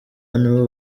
nibo